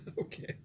Okay